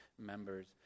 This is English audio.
members